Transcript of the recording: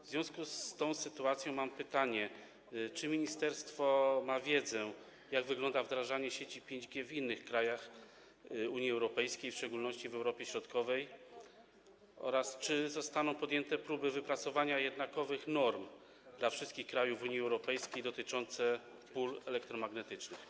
W związku z tą sytuacją mam pytanie: Czy ministerstwo ma wiedzę, jak wygląda wdrażanie sieci 5G w innych krajach Unii Europejskiej, w szczególności w Europie Środkowej, oraz czy zostaną podjęte próby wypracowania jednakowych dla wszystkich krajów Unii Europejskiej norm dotyczących pól elektromagnetycznych?